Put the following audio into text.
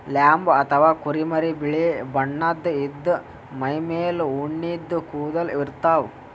lamb ಅಥವಾ ಕುರಿಮರಿ ಬಿಳಿ ಬಣ್ಣದ್ ಇದ್ದ್ ಮೈಮೇಲ್ ಉಣ್ಣಿದ್ ಕೂದಲ ಇರ್ತವ್